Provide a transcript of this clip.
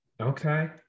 Okay